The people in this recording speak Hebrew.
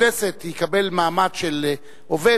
הכנסת יקבל מעמד של עובד,